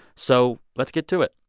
so let's get to it.